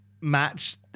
match